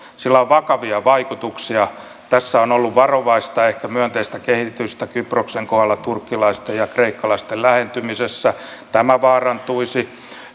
sillä on vakavia vaikutuksia tässä on ollut ehkä varovaista myönteistä kehitystä kyproksen kohdalla turkkilaisten ja kreikkalaisten lähentymisessä tämä vaarantuisi